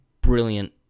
brilliant